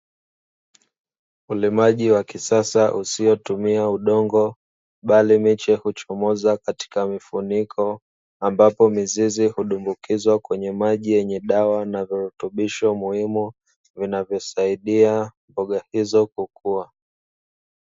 Ulimaji wa kisasa usiotumia udongo, bali miche huchomoza katika mifuniko, ambapo mizizi hudumbukizwa kwenye maji yenye dawa na virutubisho muhimu vinavyosaidia mboga hizo kukua.